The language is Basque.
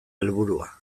helburua